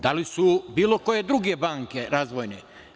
Da li su bilo koje druge banke razvojne?